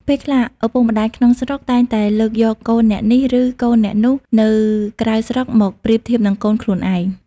ពេលខ្លះ ឪពុកម្តាយក្នុងស្រុកតែងតែលើកយក "កូនអ្នកនេះ" ឬ "កូនអ្នកនោះ" នៅក្រៅស្រុកមកប្រៀបធៀបនឹងកូនខ្លួនឯង។